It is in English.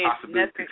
possibility